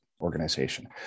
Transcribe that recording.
organization